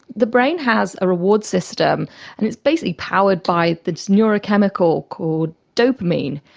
the brain has a reward system and it's basically powered by the neurochemical called dopamine,